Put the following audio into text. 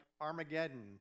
Armageddon